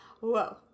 Whoa